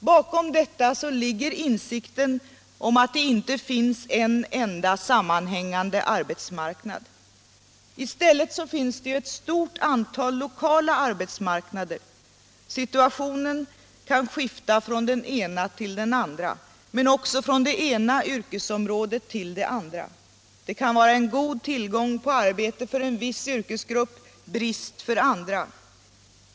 Bakom detta ligger insikten om att det inte finns en enda sammanhängande arbetsmarknad. I stället finns det ett stort antal lokala arbetsmarknader. Situationen kan skifta från den ena till den andra men också från det ena yrkesområdet till det andra. Det kan vara god tillgång på arbete för en viss yrkesgrupp — brist för andra.